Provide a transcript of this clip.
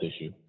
issue